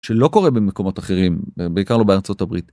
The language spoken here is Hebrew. שלא קורה במקומות אחרים בעיקר לא בארצות הברית.